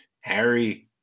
Harry